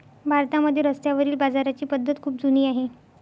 भारतामध्ये रस्त्यावरील बाजाराची पद्धत खूप जुनी आहे